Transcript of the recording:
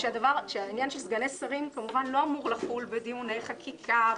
יובהר שהעניין של סגני שרים לא אמור לחול בדיוני חקיקה,